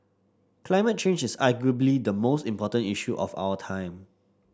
climate change is arguably the most important issue of our time